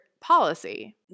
policy